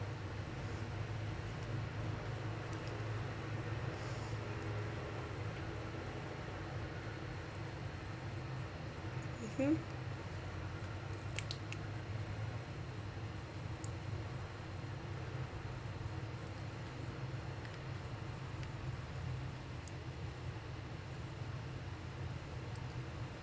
mmhmm